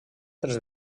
tres